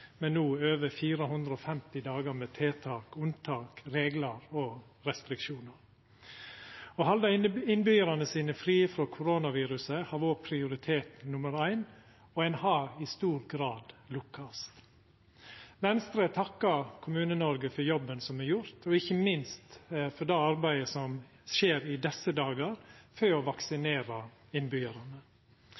med no over 450 dagar med tiltak, unntak, reglar og restriksjonar. Å halda innbyggjarane sine fri for koronaviruset har vore prioritet nummer éin, og ein har i stor grad lukkast. Venstre takkar Kommune-Noreg for jobben som er gjord, og ikkje minst for det arbeidet som skjer i desse dagar for å